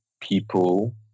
people